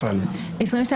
הצבעה לא אושרו.